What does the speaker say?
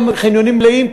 והחניונים מלאים,